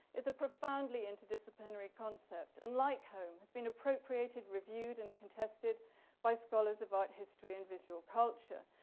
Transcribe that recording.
it's a profoundly interdisciplinary concept, unlike home has been appropriated, reviewed and contested by scholars of art history and visual culture.